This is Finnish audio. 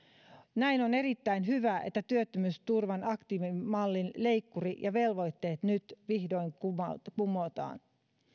näin ollen on erittäin hyvä että työttömyysturvan aktiivimallin leikkuri ja velvoitteet nyt vihdoin kumotaan